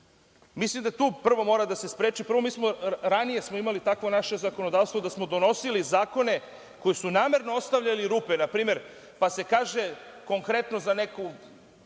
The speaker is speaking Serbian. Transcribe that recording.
Vlade. Mislim da to prvo mora da se spreči. Mi smo ranije imali takvo naše zakonodavstvo da smo donosili zakone koji su namerno ostavljali rupe, pa se kaže konkretno za neku